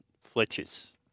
Fletcher's